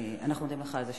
אנחנו מודים לך על זה,